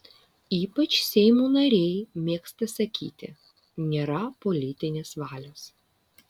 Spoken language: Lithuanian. ypač seimo nariai mėgsta sakyti nėra politinės valios